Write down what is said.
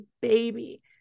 baby